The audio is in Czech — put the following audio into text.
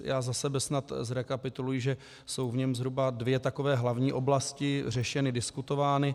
Já za sebe snad zrekapituluji, že jsou v něm zhruba dvě takové hlavní oblasti řešeny a diskutovány.